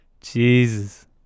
Jesus